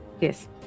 yes